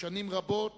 שנים רבות